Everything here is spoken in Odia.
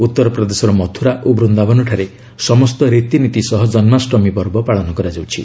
ଉତ୍ତରପ୍ରଦେଶର ମଥୁରା ଓ ବୂନ୍ଦାବନଠାରେ ସମସ୍ତ ରୀତିନୀତି ସହ ଜନ୍କାଷ୍ଟମୀ ପର୍ବ ପାଳନ କରାଯାଉଛି